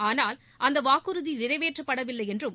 ஆனால் அந்த அவாக்குறுதி நிறைவேற்றப்படவில்லை என்றும்